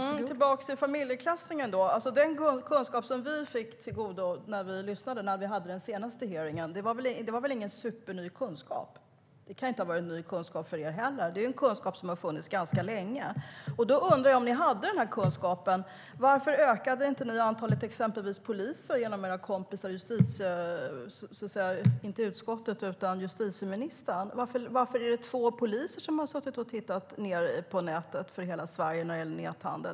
Fru talman! Låt mig återgå till familjeklassningen. Den kunskap vi fick oss till godo vid den senaste hearingen var väl ingen superny kunskap. Det kan inte ha varit ny kunskap för er heller, Emma Henriksson. Det är kunskap som funnits ganska länge. Därför undrar jag: Om ni hade den kunskapen, varför ökade ni inte till exempel antalet poliser genom era kompisar i Justitiedepartementet? Varför är det bara två poliser i hela Sverige som har suttit och kontrollerat näthandeln?